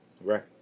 Right